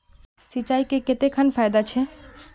सिंचाई से कते खान फायदा छै?